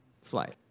flight